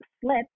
slip